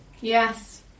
Yes